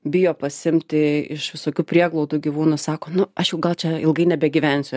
bijo pasiimti iš visokių prieglaudų gyvūnų sako nu aš jau gal čia ilgai nebegyvensiu